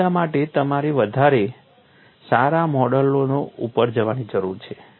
આ બધા માટે તમારે વધારે સારા મોડેલો ઉપર જવાની જરૂર છે